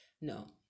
no